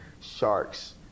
Sharks